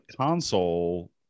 console